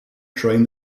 train